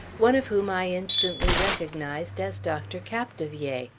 one of whom i instantly recognized as dr. capdevielle.